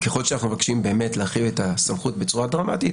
ככל שאנחנו מבקשים באמת להרחיב את הסמכות בצורה דרמטית,